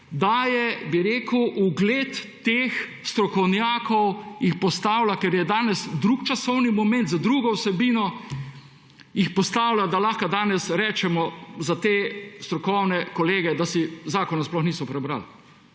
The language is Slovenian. daje ugled teh strokovnjakov, jih postavlja, ker je danes drug časovni moment z drugo vsebino, jih postavlja, da lahko danes rečemo za te strokovne kolege, da si zakona sploh niso prebrali.